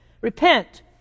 Repent